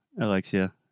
Alexia